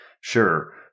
Sure